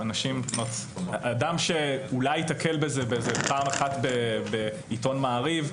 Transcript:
אדם שאולי ייתקל בזה פעם אחת בעיתון "מעריב",